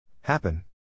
Happen